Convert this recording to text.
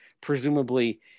presumably